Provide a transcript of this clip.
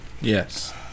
Yes